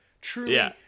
Truly